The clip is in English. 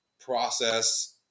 process